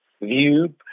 view